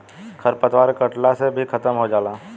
खर पतवार के कटला से भी खत्म हो जाला